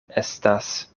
estas